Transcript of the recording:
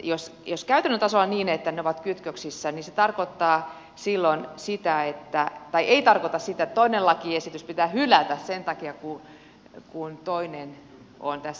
jos käytännön tasolla on niin että ne ovat kytköksissä niin se tarkoittaa silloin siitä että ai ei tarkoita sitä että toinen lakiesitys pitää hylätä sen takia kun toinen on tässä